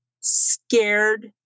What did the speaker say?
scared